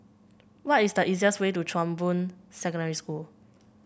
what is the easiest way to Chong Boon Secondary School